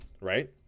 right